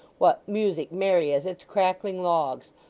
what music merry as its crackling logs,